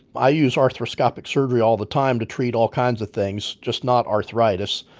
i use arthroscopic surgery all the time to treat all kinds of things, just not arthritis.